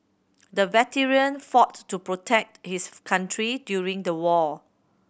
the veteran fought to protect his country during the war